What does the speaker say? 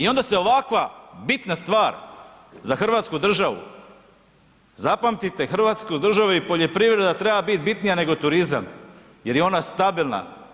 I onda se ovakva bitna stvar za hrvatsku državu, zapamtite, hrvatska država i poljoprivreda treba biti bitnija nego turizam jer je ona stabilna.